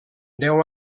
deu